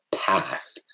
path